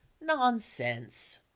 nonsense